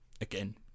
Again